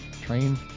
train